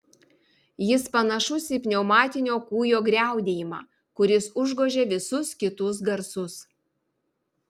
jis panašus į pneumatinio kūjo griaudėjimą kuris užgožia visus kitus garsus